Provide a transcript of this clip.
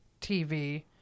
TV